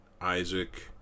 Isaac